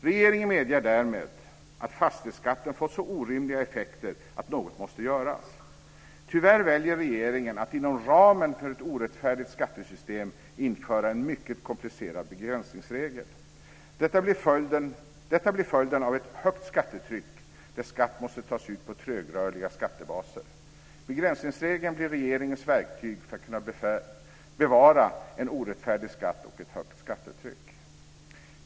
Regeringen medger därmed att fastighetsskatten fått så orimliga effekter att något måste göras. Tyvärr väljer regeringen att inom ramen för ett orättfärdigt skattesystem införa en mycket komplicerad begränsningsregel. Detta blir följden av ett högt skattetryck där skatt måste tas ut på trögrörliga skattebaser. Begränsningsregeln blir regeringens verktyg för att kunna bevara en orättfärdig skatt och ett högt skattetryck.